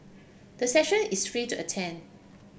the session is free to attend